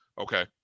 Okay